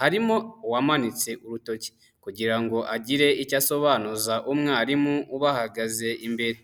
harimo uwamanitse urutoki kugira ngo agire icyo asobanuza umwarimu ubahagaze imbere.